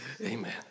Amen